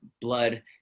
blood